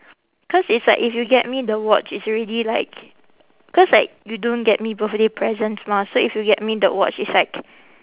cause it's like if you get me the watch it's already like cause like you don't get me birthday presents mah so if you get me the watch it's like